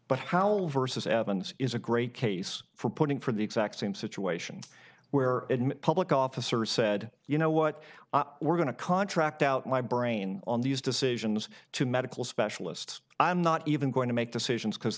but how versus evans is a great case for putting for the exact same situation where public officer said you know what we're going to contract out my brain on these decisions to medical specialists i'm not even going to make decisions because